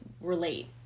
relate